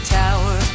tower